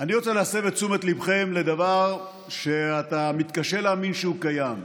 אני רוצה להסב את תשומת ליבכם לדבר שאתה מתקשה להאמין שהוא קיים.